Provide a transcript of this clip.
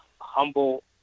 Humble